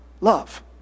love